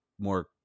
more